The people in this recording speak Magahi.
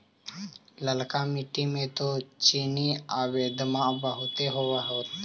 ललका मिट्टी मे तो चिनिआबेदमां बहुते होब होतय?